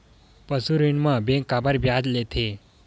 पशु ऋण म बैंक काबर ब्याज लेथे?